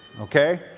okay